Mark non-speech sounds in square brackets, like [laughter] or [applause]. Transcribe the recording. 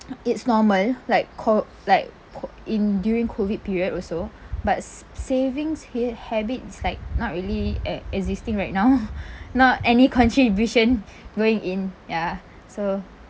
it's normal like co~ like co~ in during COVID period also but s~ savings ha~ habits like not really e~ existing right now [laughs] not any contribution going in ya so